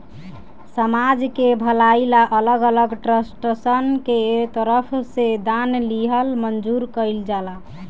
समाज के भलाई ला अलग अलग ट्रस्टसन के तरफ से दान लिहल मंजूर कइल जाला